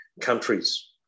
countries